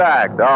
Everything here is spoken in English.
act